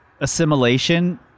assimilation